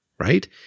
Right